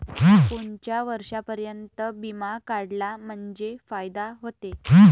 कोनच्या वर्षापर्यंत बिमा काढला म्हंजे फायदा व्हते?